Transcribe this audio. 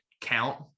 count